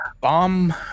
bomb